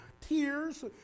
tears